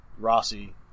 Rossi